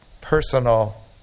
personal